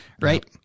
Right